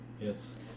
Yes